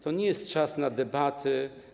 To nie jest czas na debaty.